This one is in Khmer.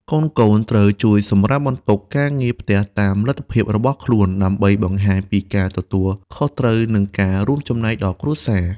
កូនៗត្រូវជួយសម្រាលបន្ទុកការងារផ្ទះតាមលទ្ធភាពរបស់ខ្លួន ដើម្បីបង្ហាញពីការទទួលខុសត្រូវ និងការរួមចំណែកដល់គ្រួសារ។